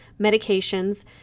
medications